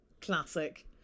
Classic